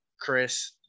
Chris